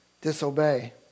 disobey